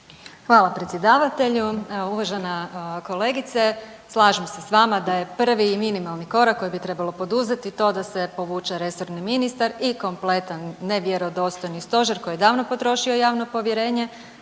Hvala predsjedavatelju. Evo uvažena kolegice, slažem se s vama da je prvi i minimalni korak kojeg bi trebalo poduzeti to da se povuče resorni ministar i kompletan nevjerodostojni stožer koji je davno potrošio javno povjerenje.